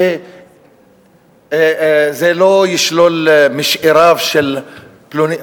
שזה לא ישלול משאיריו של פלוני.